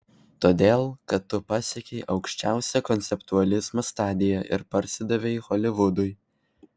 todėl kad tu pasiekei aukščiausią konceptualizmo stadiją ir parsidavei holivudui